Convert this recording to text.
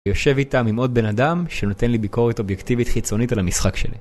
ויושב איתם עם עוד בן אדם שנותן לי ביקורת אובייקטיבית חיצונית על המשחק שלי.